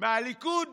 מהליכוד